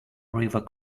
river